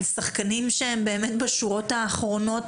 על שחקנים שהם באמת בשורות האחרונות,